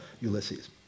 Ulysses